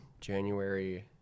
January